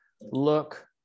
look